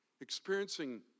experiencing